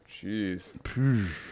Jeez